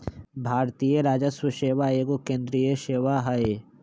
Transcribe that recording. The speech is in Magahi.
भारतीय राजस्व सेवा एगो केंद्रीय सेवा हइ